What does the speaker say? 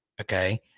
Okay